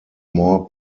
more